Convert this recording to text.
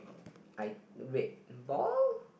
I red ball